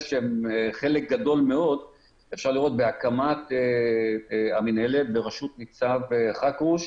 שחלק גדול מאוד בהקמת המנהלת ברשות ניצב חכרוש,